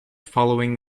following